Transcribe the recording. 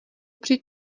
při